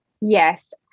Yes